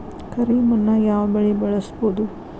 ಕರಿ ಮಣ್ಣಾಗ್ ಯಾವ್ ಬೆಳಿ ಬೆಳ್ಸಬೋದು?